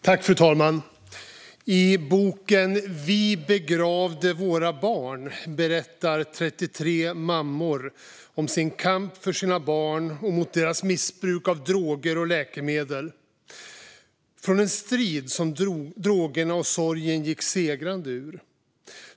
Fru talman! I boken Vi begravde våra barn berättar 33 mammor om sin kamp för sina barn och mot deras missbruk av droger och läkemedel, en strid som drogerna och sorgen gick segrande ur.